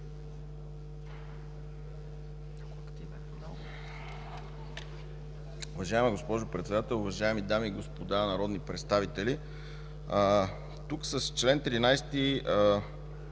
Уважаема госпожо Председател, уважаеми дами и господа народни представители! В досега